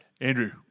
Andrew